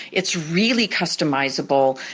it's really customizable,